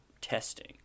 testing